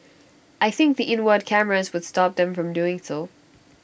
I think the inward cameras would stop them from doing so